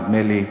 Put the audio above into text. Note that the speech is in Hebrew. נדמה לי,